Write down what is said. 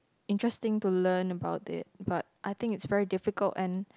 interesting to learn about it but I think it's very difficult and